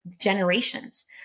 generations